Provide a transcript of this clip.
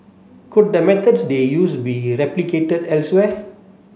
could the methods they used be replicated elsewhere